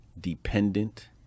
dependent